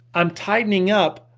i'm tightening up,